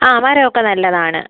ആ മരം ഒക്കെ നല്ലതാണ്